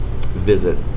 visit